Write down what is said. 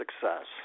success